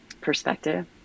perspective